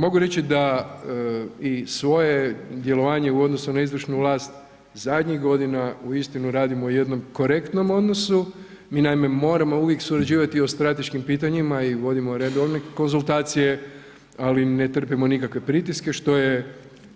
Mogu reći da i svoje djelovanje u odnosu na izvršnu vlast, zadnjih godina uistinu radimo u jednom korektnom odnosu, mi naime moramo uvijek surađivati o strateškim pitanjima i vodimo redovne konzultacije, ali ne trpimo nikakve pritiske što je